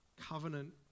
covenant